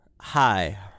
Hi